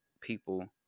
people